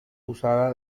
usada